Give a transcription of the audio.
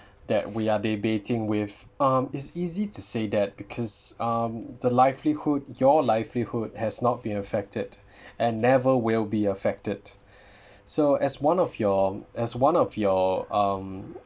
that we are debating with um it's easy to say that because um the livelihood your livelihood has not been affected and never will be affected so as one of your as one of your um